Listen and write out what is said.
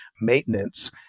maintenance